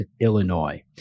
Illinois